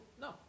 No